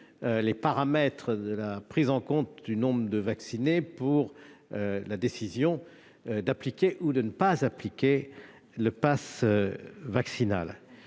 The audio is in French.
les paramètres de la prise en compte du nombre de vaccinés pour la décision d'appliquer ou de ne pas appliquer le passe vaccinal.